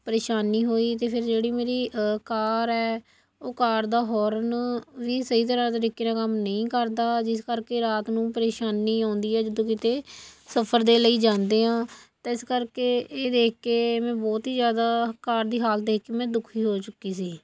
ਪਰੇਸ਼ਾਨੀ ਹੋਈ ਅਤੇ ਫਿਰ ਜਿਹੜੀ ਮੇਰੀ ਕਾਰ ਹੈ ਉਹ ਕਾਰ ਦਾ ਹੋਰਨ ਵੀ ਸਹੀ ਤਰ੍ਹਾਂ ਤਰੀਕੇ ਨਾਲ ਕੰਮ ਨਹੀਂ ਕਰਦਾ ਜਿਸ ਕਰਕੇ ਰਾਤ ਨੂੰ ਪਰੇਸ਼ਾਨੀ ਆਉਂਦੀ ਹੈ ਜਦੋਂ ਕਿਤੇ ਸਫ਼ਰ ਦੇ ਲਈ ਜਾਂਦੇ ਹਾਂ ਤਾਂ ਇਸ ਕਰਕੇ ਇਹ ਦੇਖ ਕੇ ਮੈਂ ਬਹੁਤ ਹੀ ਜ਼ਿਆਦਾ ਕਾਰ ਦੀ ਹਾਲਤ ਦੇਖ ਕੇ ਮੈਂ ਦੁਖੀ ਹੋ ਚੁੱਕੀ ਸੀ